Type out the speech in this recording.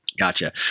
Gotcha